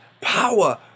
power